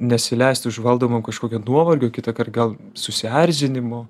nesileisti užvaldomam kažkokio nuovargio kitąkart gal susierzinimo